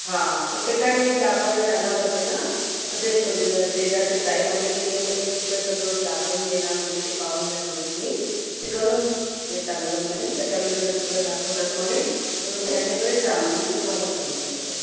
हा तर ते काय मी दाखवायला जाणार होते ना तर ते शो शेजारची ताई म्हणे की नाही म्हणे तिथं सगळं दाखवून देणार म्हणे ते पाहून घ्या म्हणे तुम्ही ते करून चांगलं म्हणे कशाला इकडं तिकडं दाखवतात म्हणे म्हणून त्यांच्याकडेच जा म्हणून मी तुम्हाला फोन केलेला आहे